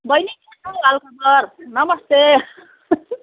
बहिनी के छ हौ हालखबर नमस्ते